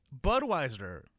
Budweiser